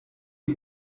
die